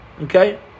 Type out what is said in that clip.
Okay